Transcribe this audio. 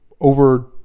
over